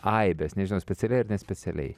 aibes nežinau specialiai ar nespecialiai